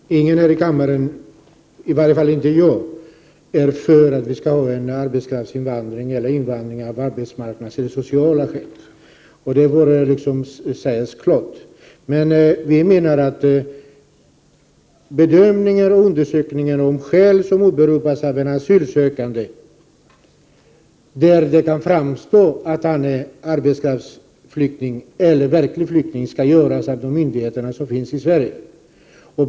Herr talman! Ingen här i kammaren — i varje fall inte jag — är för att vi skall ha en arbetskraftsinvandring eller invandring av arbetsmarknadsskäl eller sociala skäl, och det bör sägas klart. Men vi menar att bedömningar och undersökningar av de skäl som åberopas av asylsökande, där det framgår att han är arbetskraftsflykting eller verklig flykting, skall göras av myndigheterna i Sverige.